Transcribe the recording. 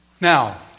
Now